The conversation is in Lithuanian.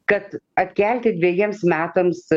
kad atkelkit dvejiems metams